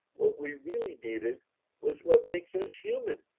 what we really needed was what makes us human.